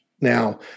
Now